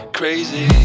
crazy